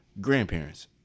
grandparents